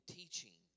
teaching